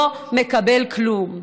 לא מקבל כלום.